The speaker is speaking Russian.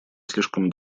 слишком